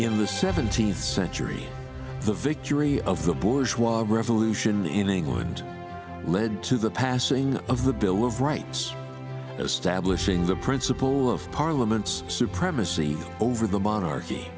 in the seventeenth century the victory of the bush while revolution in england led to the passing of the bill of rights as stablish in the principle of parliament's supremacy over the monarchy